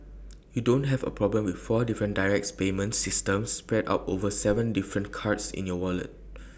you don't have A problem with four different direct payment systems spread out over Seven different cards in your wallet